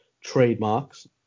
trademarks